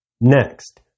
Next